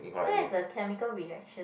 that is a chemical reaction